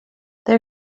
they